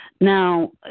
Now